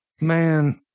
Man